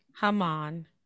Haman